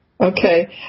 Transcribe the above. Okay